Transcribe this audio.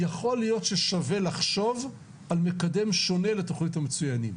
יכול להיות ששווה לחשוב על מקדם שונה לתוכנית המצוינים,